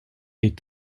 est